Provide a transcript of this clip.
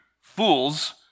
Fools